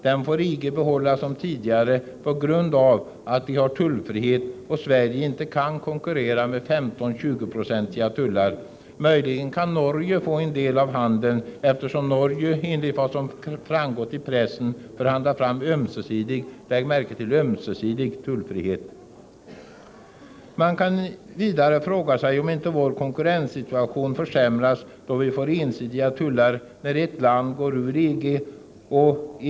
Den får EG behålla som tidigare på grund av att vi har tullfrihet och att Sverige med 15-20-procentiga tullar inte kan konkurrera. Möjligen kan Norge få en del av handeln, eftersom Norge enligt vad som framgått i pressen förhandlat fram ömsesidig — lägg märke till ömsesidig — tullfrihet. Man kan vidare fråga sig om inte vår konkurrenssituation försämras då vi får ensidiga tullar när ett land går ur EG.